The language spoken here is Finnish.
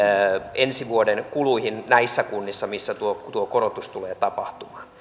ensi vuoden kuluihin näissä kunnissa missä tuo tuo korotus tulee tapahtumaan